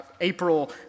April